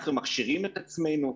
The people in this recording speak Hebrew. אנחנו מכשירים את עצמנו,